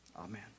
Amen